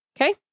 okay